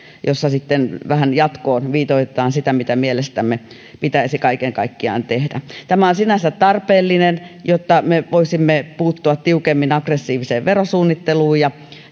joissa sitten vähän jatkoon viitoitetaan sitä mitä mielestämme pitäisi kaiken kaikkiaan tehdä tämä on sinänsä tarpeellinen jotta me voisimme puuttua tiukemmin aggressiiviseen verosuunnitteluun ja